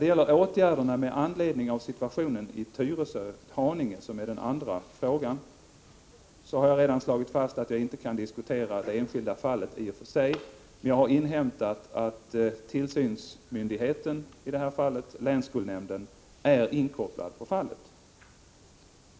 Beträffande åtgärder med anledning av situationen i Tyresö-Haninge, som den andra frågan gäller, har jag redan slagit fast att jag inte kan diskutera enskilda fall. Men jag har inhämtat att tillsynsmyndigheten — i det här fallet länsskolnämnden —- är inkopplad på fallet.